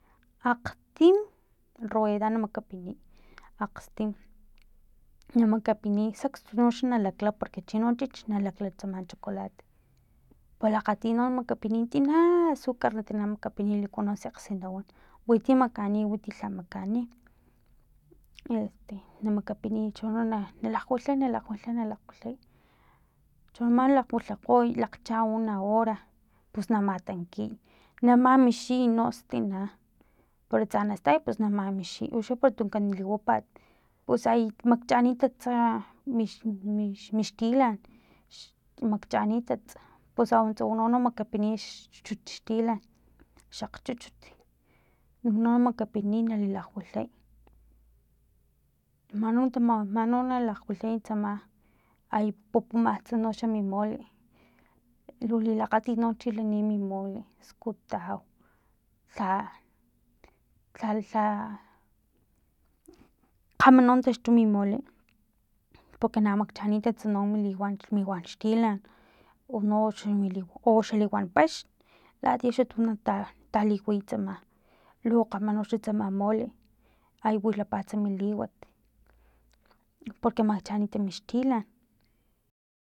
Akgtim rueda na makapiniy akgstim na makapiniy xsakst noxa nalakla porque chino chich na lakla tsama chocolate palakgatiy no makapiniy no tina azucar na makapiniy liku no sekgsi na wan witi makani witi lha makani este na makapiniy chono no na nalakgwilhay nalakgwilhay nalakgwilhay chono man na lakgwilhakgoy lakgchaa una hora pus na matankiy na mamixiy nostina para tsa nastay pus na mamixiy uxa para tunkan liwapat pus hay makchananitas mixtilan makchanitas pus awantsa u no makapiniy xchuchut xtilan xakgchuchut uno na makapiniy nalakgwilhay mano manona lakgwilhay e tsama ay pupumatsa noxa mi mole lu lilakgatit no chilani mi mole skutaj lha lhalha kgama no taxtu mi mole porque na makchanitats no mi liwan liwan xtilan uxu u xaliwanpaxn latiya tu xa ta taliway tsama lu kgama no xa tsama mole ay wilapats mi liwat porque makchanitas mi xtilan